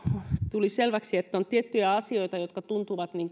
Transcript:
tuli selväksi että on tiettyjä asioita jotka tuntuvat olevan